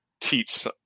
teach